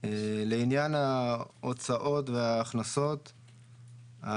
לעניין ההוצאות וההכנסות,